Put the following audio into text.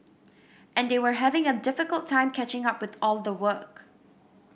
and they were having a difficult time catching up with all the work